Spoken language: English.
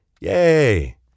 Yay